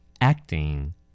acting